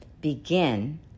Begin